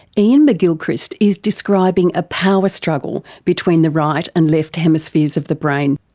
iain mcgilchrist is describing a power struggle between the right and left hemispheres of the brain.